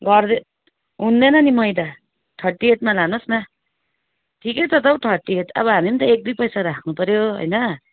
हुँदैन नि मैदा थर्टी एटमा लानुहोस् न ठिकै छ त हौ थर्टी एट अब हामी पनि त एक दुई पैसा राख्नुपर्यो होइन